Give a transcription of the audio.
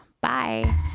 Bye